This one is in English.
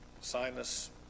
sinus